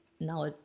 now